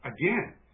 again